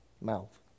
mouth